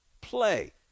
Play